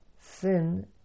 Sin